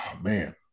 man